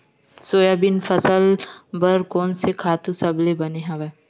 Soybean फसल बर कोन से खातु सबले बने हवय?